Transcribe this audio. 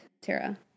Tara